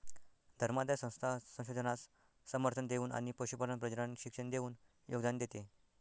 धर्मादाय संस्था संशोधनास समर्थन देऊन आणि पशुपालन प्रजनन शिक्षण देऊन योगदान देते